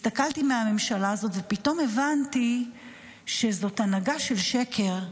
הסתכלתי בממשלה הזאת ופתאום הבנתי שזאת הנהגה של שקר.